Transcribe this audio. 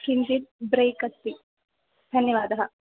किञ्चित् ब्रेक् अस्ति धन्यवादः